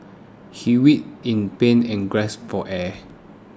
he writhed in pain and gasped for air